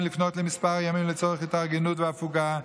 לפנות לכמה ימים לצורך התארגנות והפוגה,